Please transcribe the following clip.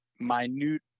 minute